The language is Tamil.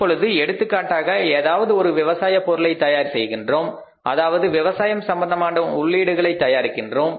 இப்பொழுது எடுத்துக்காட்டாக ஏதாவது ஒரு விவசாய பொருளை தயார் செய்கின்றோம் அதாவது விவசாயம் சம்பந்தமான உள்ளீடுகளை தயாரிக்கிறோம்